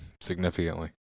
significantly